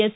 S